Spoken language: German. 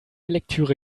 lektüre